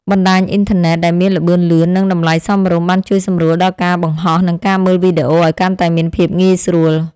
បណ្តាញអ៊ីនធឺណិតដែលមានល្បឿនលឿន និងតម្លៃសមរម្យបានជួយសម្រួលដល់ការបង្ហោះ និងការមើលវីដេអូឱ្យកាន់តែមានភាពងាយស្រួល។